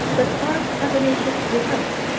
but are carbonaceous throughout,